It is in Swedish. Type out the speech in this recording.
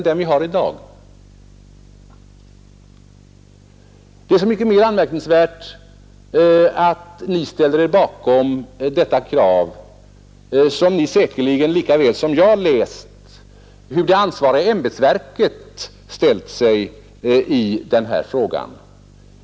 Det är så mycket mera anmärkningsvärt att ni stöder motionernas krav som ni säkerligen lika väl som jag vet hur det ansvariga ämbetsverket ställt sig i den här frågan.